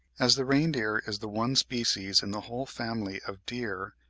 as the reindeer is the one species in the whole family of deer,